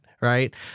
right